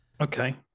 Okay